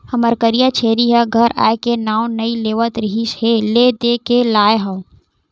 हमर करिया छेरी ह घर आए के नांव नइ लेवत रिहिस हे ले देके लाय हँव